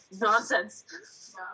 nonsense